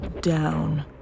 down